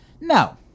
no